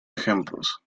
ejemplos